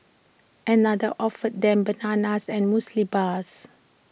another offered them bananas and Muesli Bars